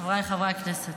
לחברי חבר הכנסת